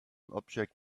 object